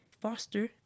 foster